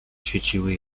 świeciły